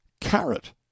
carrot